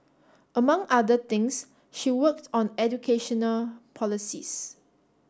among other things she worked on educational policies